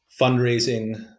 fundraising